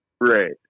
Right